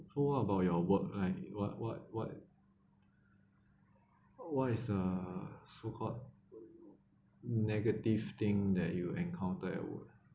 so what about your work like what what what what is uh so called negative thing that you encounter at work